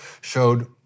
showed